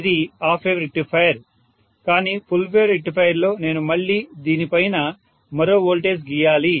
ఇది half wave rectifier కానీ full wave rectifier లో నేను మళ్ళీ దీని పైన మరో వోల్టేజ్ గీయాలి